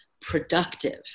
productive